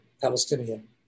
Palestinian